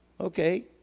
Okay